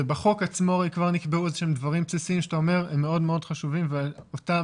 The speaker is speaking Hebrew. ובחוק עצמו הרי כבר נקבעו דברים בסיסיים שאתה אומר: הם חשובים מאוד והם